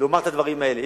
לומר את הדברים האלה.